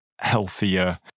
healthier